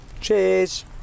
Cheers